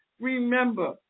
Remember